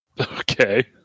Okay